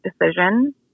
decision